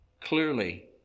clearly